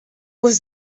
was